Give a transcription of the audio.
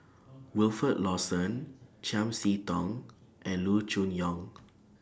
Wilfed Lawson Chiam See Tong and Loo Choon Yong